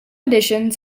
editions